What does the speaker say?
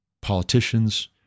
politicians